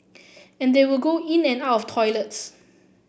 and they will go in and out of toilets